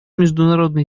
международный